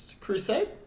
Crusade